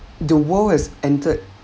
the world has entered